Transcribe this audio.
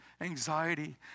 anxiety